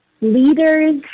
leaders